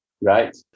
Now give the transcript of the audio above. Right